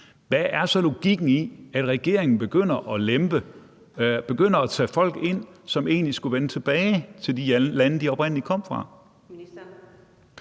Hvad er så logikken i, at regeringen begynder at lempe, begynder at tage folk ind, som egentlig skulle vende tilbage til de lande, de oprindelig kom fra?